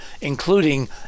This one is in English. including